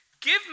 Give